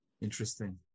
Interesting